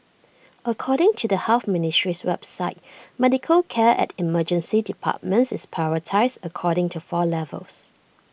according to the health ministry's website medical care at emergency departments is prioritised according to four levels